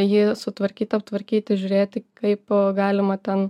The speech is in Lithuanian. jį sutvarkyt aptvarkyti žiūrėti kaip galima ten